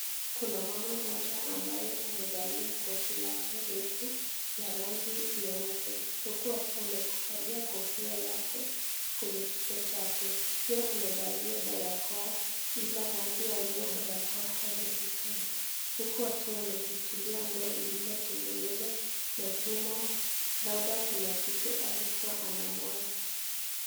Kuna mama mmoja ambaye amevalia koti lake refu ya rangi nyeupe. Huku akiwa amekuvalia kofia yake kwenye kichwa chake. Pia amevalia barakoa ila rangi ya hio barakoa haionekani. Huku akiwa ameshikilia ndoo ya chuma, labda kuna kitu alikuwa anamwaga.